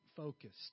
Focused